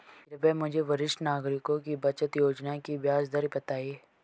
कृपया मुझे वरिष्ठ नागरिकों की बचत योजना की ब्याज दर बताएं